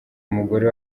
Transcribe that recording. umugore